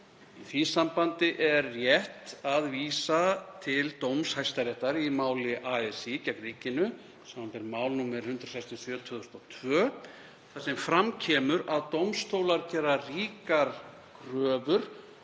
Í því sambandi er rétt að vísa til dóms Hæstaréttar í máli ASÍ gegn ríkinu, samanber mál nr. 167/2002, þar sem fram kemur að dómstólar geri ríkar kröfur